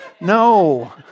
No